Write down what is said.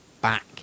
back